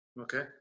Okay